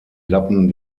lappen